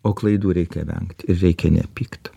o klaidų reikia vengt ir reikia nepykt